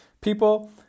people